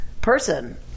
person